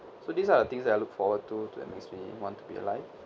so these are the things that I look forward to that makes me want to be alive